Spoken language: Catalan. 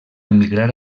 emigrar